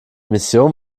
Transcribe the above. mission